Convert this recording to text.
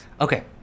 okay